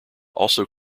also